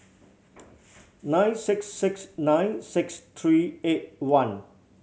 nine six six nine six three eight one